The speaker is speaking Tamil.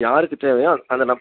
யாருக்குத் தேவையோ அந்த நம்